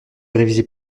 réviser